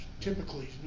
typically